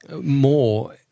more